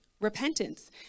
repentance